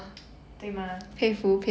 对吗